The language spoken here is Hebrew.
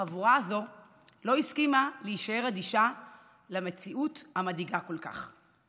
החבורה הזו לא הסכימה להישאר אדישה למציאות המדאיגה כל כך.